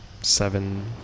seven